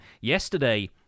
yesterday